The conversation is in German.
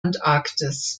antarktis